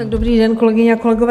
Dobrý den, kolegyně a kolegové.